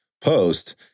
post